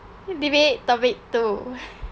debate topic two